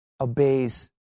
obeys